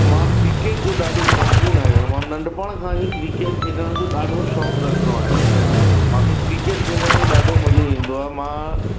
मां क्रिकेट जो ॾाढो शौंक़ीनु आहियां मां नंढपिण खां ई क्रिकेट खेॾण जो ॾाढो शौंक़ु रखंदो आहियां मूंखे क्रिकेट खेॾण में ॾाढो मजो ईंदो आहे मां